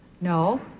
No